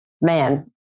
Man